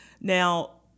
Now